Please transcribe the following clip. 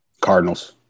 Cardinals